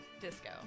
disco